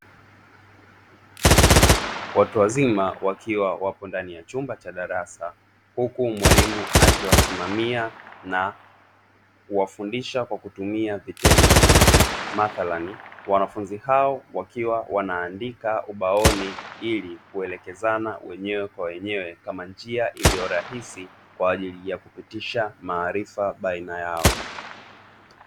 Watu wazima wakiwa wapo ndani ya chumba cha darasa huku mwalimu akiwasimamia na kuwafundisha kwa kutumia vitendo, mathalani wanafunzi hao wakiwa wanaandika ubaoni ili kuelekezana wenyewe kwa wenyewe kama njia iliyorahisi kwaajili ya kupitisha maarifa baina yao.